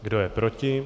Kdo je proti?